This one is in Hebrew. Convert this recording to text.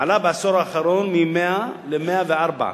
עלה בעשור האחרון מ-100% ל-104%,